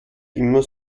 immer